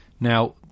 Now